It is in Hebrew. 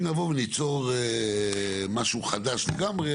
אם נבוא וניצור משהו חדש לגמרי,